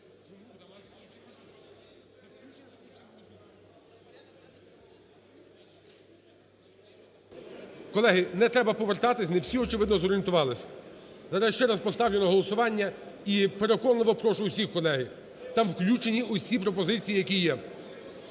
Колеги, не треба повертатися. Не всі, очевидно, зорієнтувалися. Зараз я ще раз поставлю на голосування і переконливо прошу усіх, колеги, там включені усі пропозиції, які є.